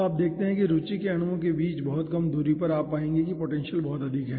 तो आप देखते हैं रूचि के अणुओं के बीच बहुत कम दूरी पर आप पाएंगे कि पोटेंशियल बहुत अधिक है